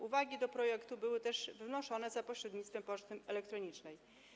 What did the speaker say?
Uwagi do projektu były też wnoszone za pośrednictwem poczty elektronicznej.